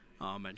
Amen